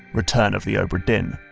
return of the obra dinn.